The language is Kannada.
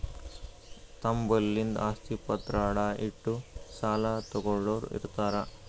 ತಮ್ ಬಲ್ಲಿಂದ್ ಆಸ್ತಿ ಪತ್ರ ಅಡ ಇಟ್ಟು ಸಾಲ ತಗೋಳ್ಳೋರ್ ಇರ್ತಾರ